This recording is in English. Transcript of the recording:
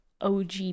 og